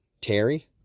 Terry